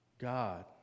God